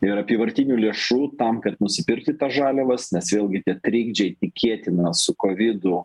ir apyvartinių lėšų tam kad nusipirkti tas žaliavas nes vėlgi tie trikdžiai tikėtina su kovidu